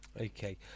Okay